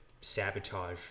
sabotage